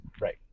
Right